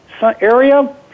area